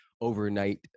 overnight